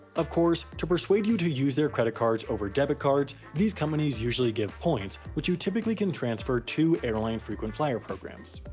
of course, to persuade you to use their credit cards over debit cards, these companies usually give points which you typically can transfer to airline frequent flyer programs.